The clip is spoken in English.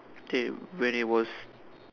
till when it was